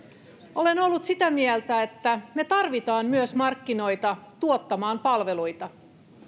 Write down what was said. olen ollut sitä mieltä että me tarvitsemme myös markkinoita tuottamaan palveluita